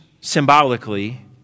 symbolically